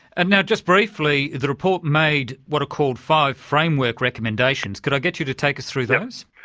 and now, just briefly, the report made what are called five framework recommendations. could i get you to take us through those?